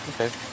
Okay